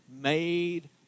made